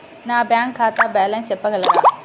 నా బ్యాంక్ ఖాతా బ్యాలెన్స్ చెప్పగలరా?